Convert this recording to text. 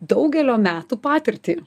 daugelio metų patirtį